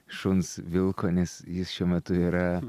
šuns vilko nes jis šiuo metu yra